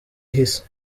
ihise